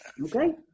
Okay